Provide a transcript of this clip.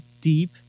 deep